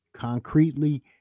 concretely